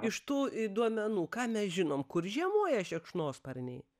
iš tų duomenų ką mes žinom kur žiemoja šikšnosparniai